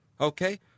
Okay